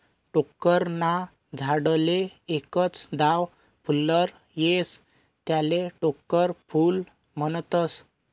टोक्कर ना झाडले एकच दाव फुल्लर येस त्याले टोक्कर फूल म्हनतस